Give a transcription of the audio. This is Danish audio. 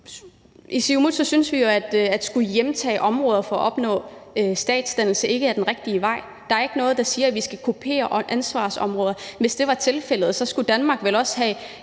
i Siumut jo synes, at det at skulle hjemtage områder for at opnå statsdannelse ikke er den rigtige vej. Der er ikke noget, der siger, at vi skal kopiere ansvarsområder. Hvis det var tilfældet, skulle Danmark vel også have